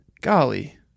Golly